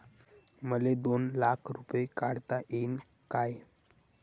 मले दोन लाख रूपे काढता येईन काय?